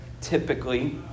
typically